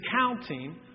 counting